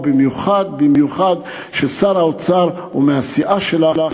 ובמיוחד במיוחד כששר האוצר הוא מהסיעה שלך,